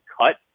cut